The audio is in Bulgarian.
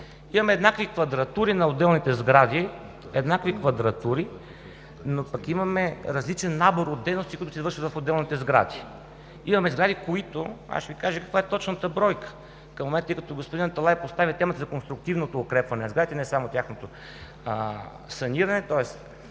Имаме еднакви квадратури на отделните сгради, но пък имаме различен набор от дейности, които се извършват в отделните сгради. Имаме сгради, ще Ви кажа точната бройка, тъй като господин Аталай постави темата за конструктивното укрепване на сградите, не самото тяхното саниране, тоест,